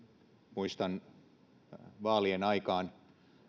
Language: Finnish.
muistan vaalien aikaan